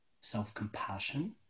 self-compassion